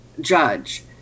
judge